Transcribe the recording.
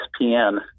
ESPN